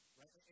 right